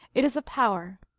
it is a power,